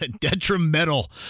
detrimental